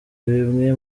bimwe